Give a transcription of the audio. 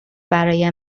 برای